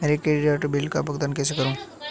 मैं credit card bill का भुगतान कैसे करूं?